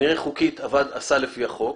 שכנראה חוקית עשה לפי החוק,